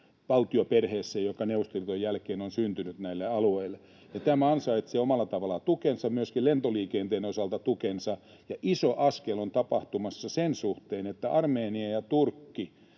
valtioperheessä, joka Neuvostoliiton jälkeen on syntynyt näille alueille. Tämä ansaitsee omalla tavallaan tukensa, ja myöskin lentoliikenteen osalta tukensa. Ja iso askel on tapahtumassa sen suhteen, että Armenia ja Turkki